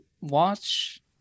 watch